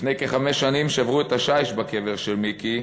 לפני כחמש שנים שברו את השיש בקבר של מיקי,